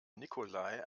nikolai